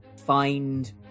Find